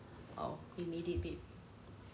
oh we made it babe